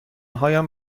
هایم